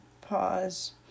pause